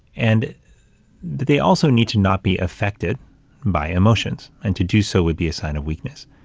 and they also need to not be affected by emotions, and to do so would be a sign of weakness.